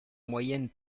moyenne